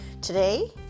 Today